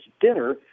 dinner